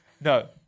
no